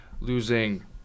losing